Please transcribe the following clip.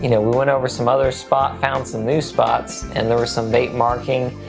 you know we went over some other spots, found some new spots and there was some bait marking.